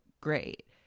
great